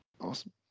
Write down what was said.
Awesome